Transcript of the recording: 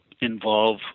involve